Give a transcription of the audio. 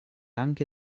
anche